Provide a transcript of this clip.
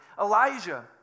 Elijah